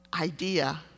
idea